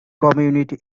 community